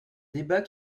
débat